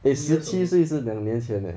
if 十七岁是两年前 leh